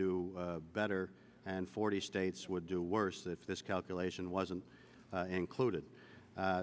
do better and forty states would do worse if this calculation wasn't included